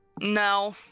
No